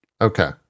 Okay